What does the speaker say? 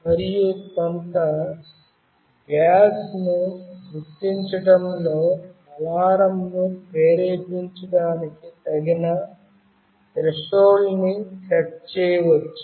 మరియు కొంత గ్యాస్ ను గుర్తించడంలో అలారంను ప్రేరేపించడానికి తగిన త్రెషోల్డ్ ని సెట్ చేయవచ్చు